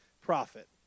profit